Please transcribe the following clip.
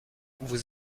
vous